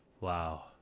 Wow